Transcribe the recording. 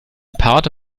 part